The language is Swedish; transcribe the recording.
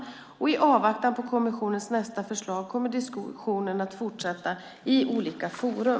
I avvaktan på kommissionens nästa förslag kommer diskussionen att fortsätta i olika forum.